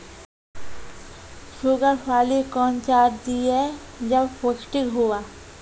Sugar पाली कौन चार दिय जब पोस्टिक हुआ?